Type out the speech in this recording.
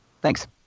thanks